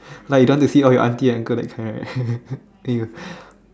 like you don't want to see all your auntie uncle that kind right then you